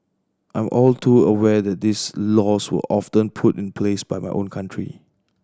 I am all too aware that these laws were often put in place by my own country